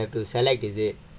then you have to select is it